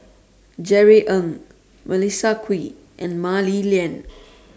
Jerry Ng Melissa Kwee and Mah Li Lian